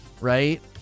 right